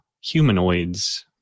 Humanoids